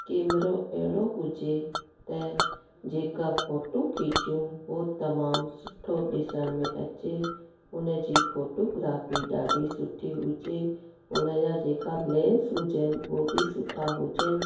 कैमरो अहिड़ो हुजे त जेका फ़ोटो खिचो हू तमामु सुठो ॾिसण में अचे उन जी फ़ोटोग्राफी ॾाढी सुठी हुजे उन जा जेका लैंस हुजनि उहे बि सुठा हुजनि